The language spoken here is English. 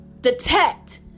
detect